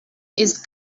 ist